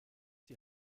die